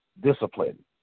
Discipline